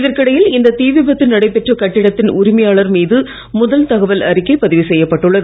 இதற்கிடையில் இந்த தீ விபத்து நடைபெற்ற கட்டிடத்தின் உரிமையாளர் மீது முதல் தகவல் அறிக்கை பதிவு செய்யப்பட்டுள்ளது